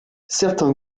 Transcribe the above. certains